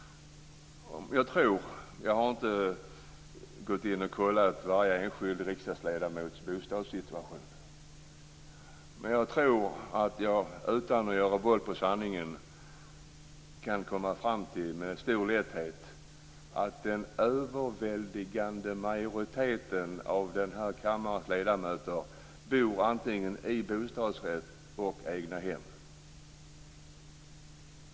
Jag har inte kollat varje enskild riksdagsledamots bostadssituation. Men jag tror att jag utan att göra våld på sanningen med stor lätthet kan komma fram till att en överväldigande majoritet av den här kammarens ledamöter antingen bor i bostadsrätt eller egnahem.